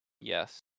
Yes